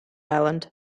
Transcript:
island